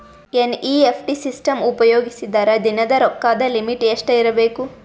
NEFT system ಉಪಯೋಗಿಸಿದರ ದಿನದ ರೊಕ್ಕದ ಲಿಮಿಟ್ ಎಷ್ಟ ಇರಬೇಕು?